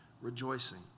rejoicing